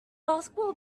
basketball